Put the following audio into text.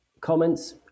Comments